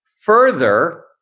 Further